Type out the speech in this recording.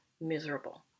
miserable